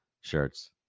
shirts